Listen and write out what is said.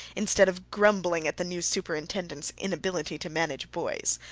instead of grumbling at the new superintendent's inability to manage boys.